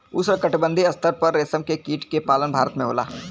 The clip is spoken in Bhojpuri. उष्णकटिबंधीय स्तर पर रेशम के कीट के पालन भारत में होला